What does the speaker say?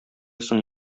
соң